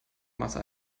masse